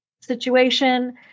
situation